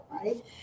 right